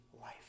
life